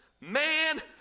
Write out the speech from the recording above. Man